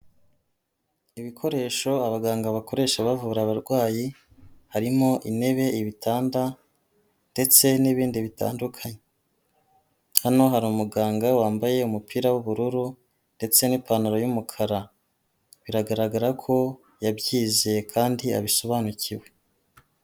Ibikoresho abaganga bakoresha bavura abarwayi, harimo intebe, ibitanda ndetse n'ibindi bitandukanye, hano hari umuganga wambaye umupira w'ubururu ndetse n'ipantaro y'umukara, biragaragara ko yabyize kandi abisobanukiwe.